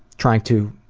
trying to